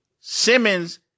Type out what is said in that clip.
Simmons